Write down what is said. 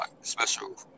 special